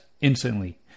instantly